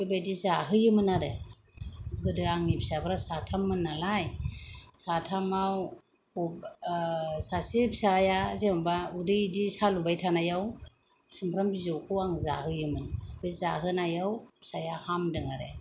बेफोरबादि जाहोयोमोन आरो गोदो आंनि फिसाफोरा साथाममोन नालाय साथामाव ओ सासे फिसाया जेनबा उदै इदि सालुबायथानायाव सुमफ्राम बिजौखौ आं जाहोयोमोन बिदि जाहोनायाव फिसाया हामदों आरो